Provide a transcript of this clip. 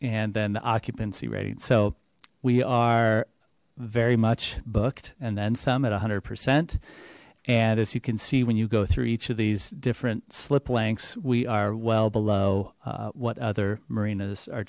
and then occupancy ratings so we are very much booked and then some at one hundred percent and as you can see when you go through each of these different slip lengths we are well below what other marinas are